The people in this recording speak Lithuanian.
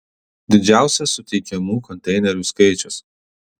didžiausias suteikiamų konteinerių skaičius